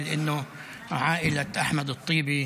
ואמר שמשפחת אחמד טיבי